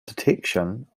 detection